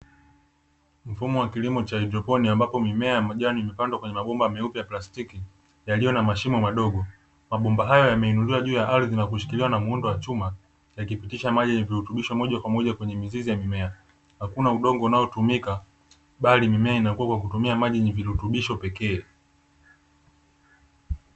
Mfumo wa kilimo cha haidroponi ambapo mimea ya majani imepandwa katika mabomba meupe ya plastiki yaliyo na mashimo madogo, mabomba hayo yameinuliwa juu ya ardhi na kushikiliwa na muundo wa chuma yakipitisha maji yaenye virutubisho moja kwa moja kwenye mizizi ya mimea. Hakuna udongo unaotumika bali mimea inakuwa maji yenye virutubisho pekee.